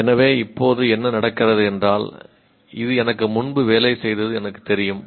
எனவே இப்போது என்ன நடக்கிறது என்றால் இது எனக்கு முன்பு வேலை செய்தது எனக்குத் தெரியும்